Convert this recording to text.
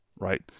right